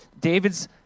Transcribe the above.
David's